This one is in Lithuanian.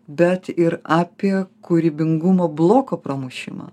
bet ir apie kūrybingumo bloko pramušimą